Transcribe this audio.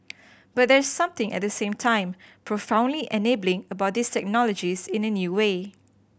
but there's something at the same time profoundly enabling about these technologies in a new way